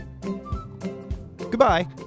Goodbye